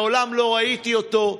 מעולם לא ראיתי אותו,